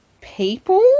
people